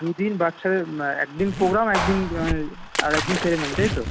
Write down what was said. দুদিন এক দিন প্রোগ্রাম এক দিন আর এক দিন সেরিমনি তাই তো